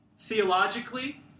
theologically